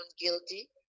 guilty